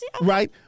Right